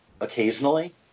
occasionally